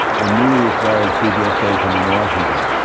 the newly acquired cbs station in washington.